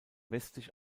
westlich